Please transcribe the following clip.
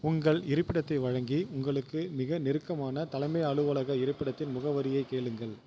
உங்கள் இருப்பிடத்தை வழங்கி உங்களுக்கு மிக நெருக்கமான தலைமை அலுவலக இருப்பிடத்தின் முகவரியைக் கேளுங்கள்